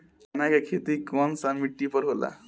चन्ना के खेती कौन सा मिट्टी पर होला?